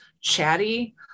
chatty